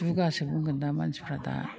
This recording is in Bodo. दुगासो बुंगोन दा मानसिफ्रा दा